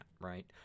right